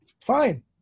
fine